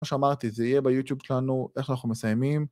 מה שאמרתי, זה יהיה ביוטיוב שלנו איך שאנחנו מסיימים